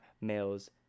males